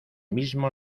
mismo